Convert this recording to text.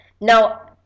Now